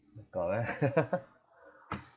got leh